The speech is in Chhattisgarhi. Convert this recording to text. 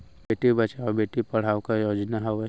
बेटी बचाओ बेटी पढ़ाओ का योजना हवे?